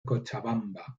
cochabamba